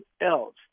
else